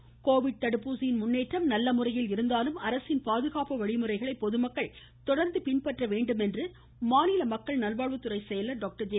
Radhakrishnan covid தடுப்பூசியின் முன்னேற்றம் நல்ல முறையில் இருந்தாலும் அரசின் பாதுகாப்பு வழிமுறைகளை பொதுமக்கள் தொடர்ந்து பின்பற்ற வேண்டுமென்று மாநில மக்கள் நல்வாழ்வுத்துறை செயலர் டாக்டர் ஜே